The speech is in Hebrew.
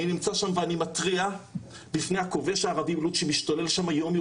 אני נמצא שם ואני מתריע בפני הכובש בלוד שמשתולל שם יום-יום.